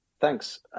Thanks